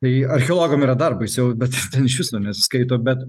tai archeologam yra dar baisiau bet ten iš viso nesiskaito bet